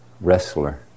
wrestler